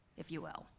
if you will.